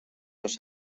los